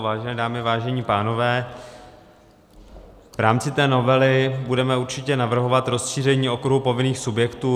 Vážené dámy, vážení pánové, v rámci té novely budeme určitě navrhovat rozšíření okruhu povinných subjektů.